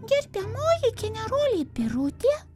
gerbiamoji generolė birutė